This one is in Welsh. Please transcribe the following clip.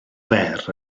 fer